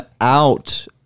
out